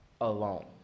alone